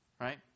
right